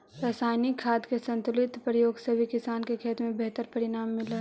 रसायनिक खाद के संतुलित प्रयोग से भी किसान के खेत में बेहतर परिणाम मिलऽ हई